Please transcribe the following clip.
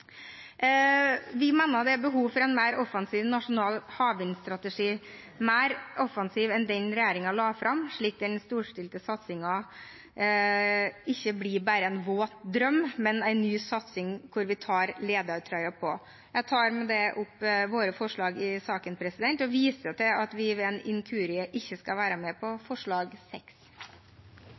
Vi mener det er behov for en mer offensiv nasjonal havvindstrategi, mer offensiv enn den regjeringen la fram, slik at den storstilte satsingen ikke blir bare en våt drøm, men en ny satsing der vi tar ledertrøya på. Jeg tar med det opp våre forslag i saken og viser til at vi ikke skal være med på forslag